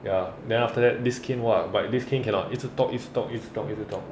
ya then after that this cain !wah! but this cain cannot 一直 talk 一直 talk 一直 talk 一直 talk